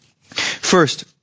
First